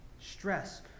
stress